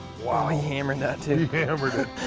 wow. he hammered that, too. he hammered it,